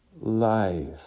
life